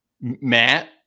Matt